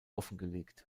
offengelegt